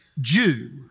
Jew